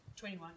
21